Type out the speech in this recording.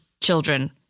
children